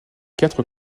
quatre